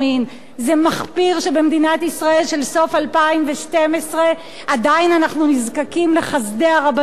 זה מחפיר שבמדינת ישראל של סוף 2012 עדיין אנחנו נזקקים לחסדי הרבנות,